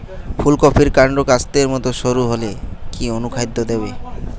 ফুলকপির কান্ড কাস্তের মত সরু হলে কি অনুখাদ্য দেবো?